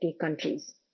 countries